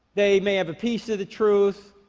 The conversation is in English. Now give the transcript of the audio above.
they may have a piece of the truth,